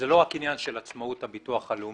וזה לא רק עניין של עצמאות הביטוח הלאומי,